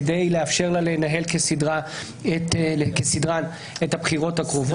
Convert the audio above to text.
כדי לאפשר לה לנהל כסדרן את הבחירות הקרובות.